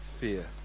fear